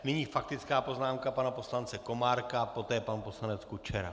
Nyní faktická poznámka pana poslance Komárka, poté pan poslanec Kučera.